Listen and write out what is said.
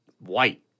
white